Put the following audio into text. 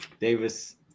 Davis